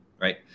right